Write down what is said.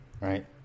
right